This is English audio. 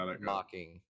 mocking